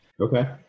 Okay